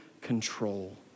control